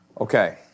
Okay